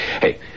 Hey